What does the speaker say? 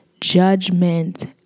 judgment